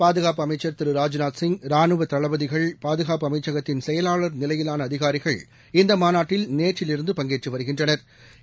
பாதுகாப்பு அமைச்சர் திரு ராஜ்நாத்சிய் ரானுவதளபதிகள் பாதுகாப்பு அமைச்சகத்தின் செயலாளர் நிலையிலானஅதிகாரிகள் இந்தமாநாட்டில் நேற்றிலிருந்து பங்கேற்றுவருகின்றனா்